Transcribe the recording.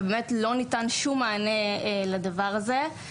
ובאמת לא ניתן שום מענה לדבר הזה.